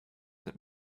does